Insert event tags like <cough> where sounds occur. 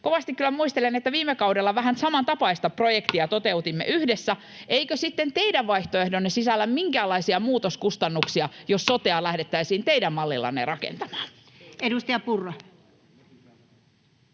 Kovasti kyllä muistelen, että viime kaudella vähän samantapaista projektia toteutimme yhdessä. Eikö sitten teidän vaihtoehtonne sisällä minkäänlaisia muutoskustannuksia, <noise> jos sotea lähdettäisiin teidän mallillanne rakentamaan? Edustaja Purra.